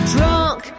Drunk